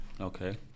Okay